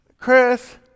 Chris